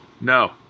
No